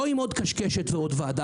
לא עם עוד קשקשת ועוד ועדה.